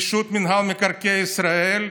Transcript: רשות מקרקעי ישראל,